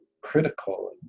critical